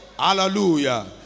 hallelujah